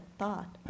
thought